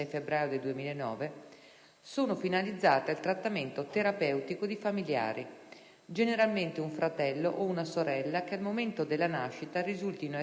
sono finalizzate al trattamento terapeutico di familiari, generalmente un fratello o una sorella che al momento della nascita risultano essere affetti da patologie,